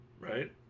Right